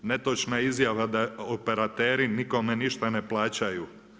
Netočna je izjava da operateri nikome ništa ne plaćaju.